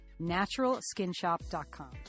NaturalSkinshop.com